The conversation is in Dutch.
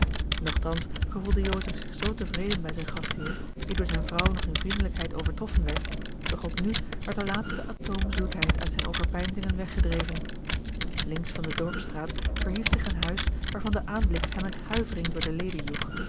nogtans gevoelde joseph zich zoo tevreden bij zijn gastheer die door zijne vrouw nog in vriendelijkheid overtroffen werd doch ook nu werd de laatste atoom zoetheid uit zijne overpeinzingen weggedreven links van de dorpsstraat verhief zich een huis waarvan de aanblik hem een huivering door de leden